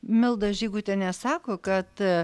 milda žygutienė sako kad